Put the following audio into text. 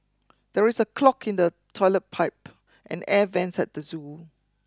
there is a clog in the toilet pipe and air vents at the zoo